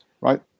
right